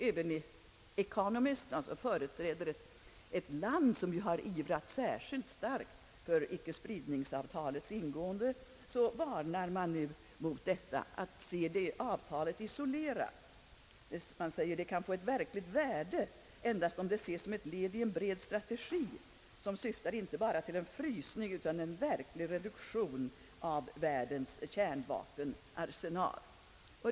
Även i Economist, som företräder tankegångarna i ett land som ivrat särskilt starkt för icke-spridningsavtalet, varnar man nu mot att se detta avtal isolerat. Man säger, att det kan få verkligt värde endast om det ses som ett led i en bred strategi, som syftar inte bara till en frysning utan till en verklig reduktion av världens kärnvapenarsenal.